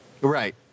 Right